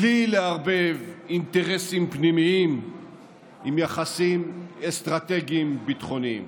בלי לערבב אינטרסים פנימיים ביחסים אסטרטגיים-ביטחוניים.